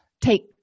take